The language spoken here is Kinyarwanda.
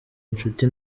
inshuti